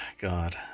god